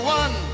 one